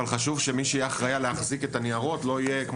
אבל חשוב שמי שיהיה אחראי להחזיק את הניירות לא יהיה מנהל המוסד,